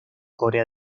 corea